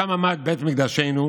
שם עמד בית מקדשנו,